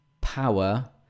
power